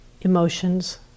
emotions